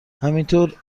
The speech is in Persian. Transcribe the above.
همینطور